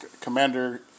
commander